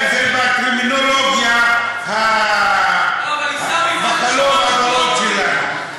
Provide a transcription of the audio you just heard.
זה בטרמינולוגיה, בחלום הוורוד שלנו.